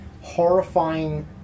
horrifying